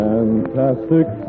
Fantastic